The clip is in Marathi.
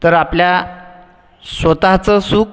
तर आपल्या स्वतःचं सुख